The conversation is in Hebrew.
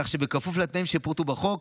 כך שבכפוף לתנאים שפורטו בחוק,